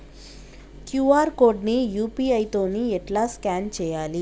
QR code ని UPI తోని ఎట్లా స్కాన్ చేయాలి?